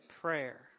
prayer